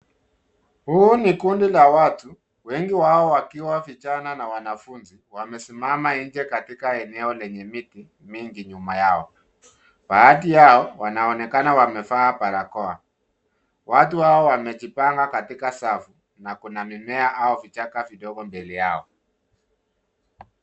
Huu ni kundi la watu, wengi wao wakiwa vijana, na wanafunzi, wamesimama nje katika eneo lenye miti, mingi, nyuma yao. Baadhi yao, wanaonekana wamevaa barakoa, watu hao wamejipanga katika safu, na kuna mimea, au vichaka vidogo mbele yao.